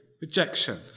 rejection